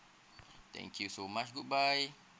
thank you so much goodbye